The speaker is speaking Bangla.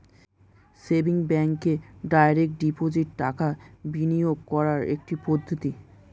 সেভিংস ব্যাঙ্কে ডাইরেক্ট ডিপোজিট টাকা বিনিয়োগ করার একটি পদ্ধতি